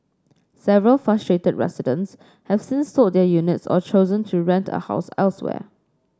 several frustrated residents have since sold their units or chosen to rent a house elsewhere